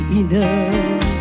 enough